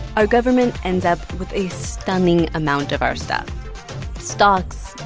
our government ends up with a stunning amount of our stuff stocks,